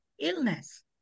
illness